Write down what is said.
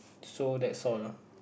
so that's all ah